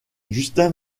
justin